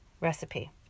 recipe